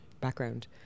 background